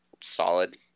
solid